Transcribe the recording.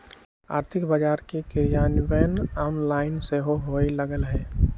आर्थिक बजार के क्रियान्वयन ऑनलाइन सेहो होय लगलइ ह